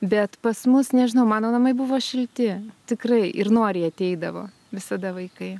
bet pas mus nežinau mano namai buvo šilti tikrai ir noriai ateidavo visada vaikai